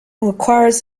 requires